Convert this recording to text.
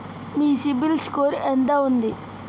మీ CIBIL score ఎంత ఉంది?